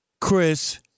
Chris